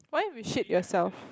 what if you shit yourself